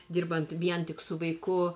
dirbant vien tik su vaiku